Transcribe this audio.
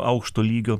aukšto lygio